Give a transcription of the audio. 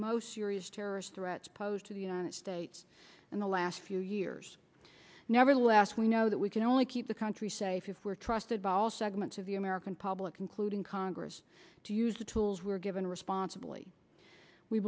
most serious terrorist threats posed to the united states in the last few years nevertheless we know that we can only keep the country safe if we're trusted by all segments of the american public including congress to use the tools were given responsibly we